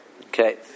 Okay